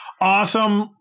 awesome